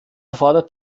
erfordert